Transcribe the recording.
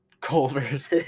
Culver's